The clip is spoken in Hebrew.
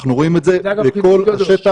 אנחנו רואים את זה בכל השטח.